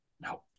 No